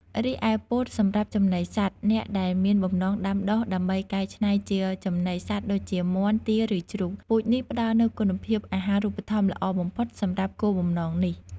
រីឯពោតសម្រាប់ចំណីសត្វ អ្នកដែលមានបំណងដាំដុះដើម្បីកែច្នៃជាចំណីសត្វដូចជា មាន់ ទា ឬជ្រូក ពូជនេះផ្តល់នូវគុណភាពអាហារូបត្ថម្ភល្អបំផុតសម្រាប់គោលបំណងនេះ។